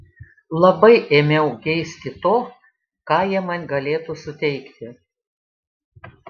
labai ėmiau geisti to ką jie man galėtų suteikti